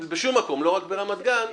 בשום מקום, לא רק ברמת גן,